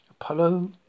Apollo